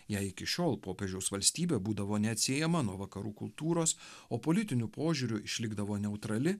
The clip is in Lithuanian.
jei iki šiol popiežiaus valstybė būdavo neatsiejama nuo vakarų kultūros o politiniu požiūriu išlikdavo neutrali